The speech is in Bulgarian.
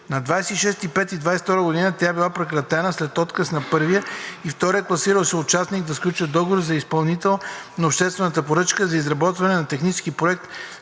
На 26 май 2022 г. тя е била прекратена след отказ на първия и втория класирани участници да сключат договор за изпълнител на обществената поръчка за „Изработване на технически проект